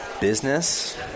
business